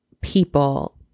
people